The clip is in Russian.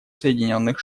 соединенных